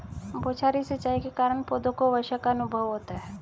बौछारी सिंचाई के कारण पौधों को वर्षा का अनुभव होता है